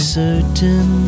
certain